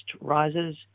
rises